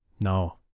no